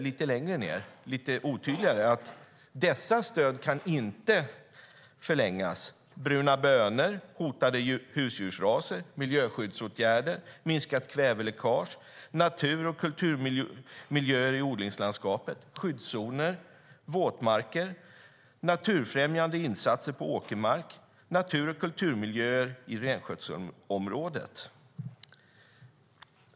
Lite längre ned och lite otydligare sade de också att de stöd som inte kan förlängas är bruna bönor, hotade husdjursraser, miljöskyddsåtgärder, minskat kväveläckage, natur och kulturmiljöer i odlingslandskapet, skyddszoner, våtmarker, naturfrämjande insatser på åkermark och natur och kulturmiljöer i renskötselområdet.